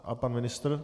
A pan ministr?